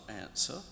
answer